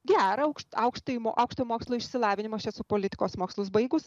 gerą aukštojo mokslo išsilavinimą aš esu politikos mokslus baigus